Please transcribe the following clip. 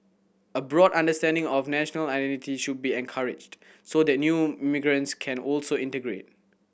a broad understanding of national identity should be encouraged so that new migrants can also integrate